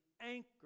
anchor